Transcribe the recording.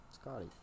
Scotty